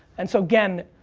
and so again,